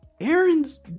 Aaron's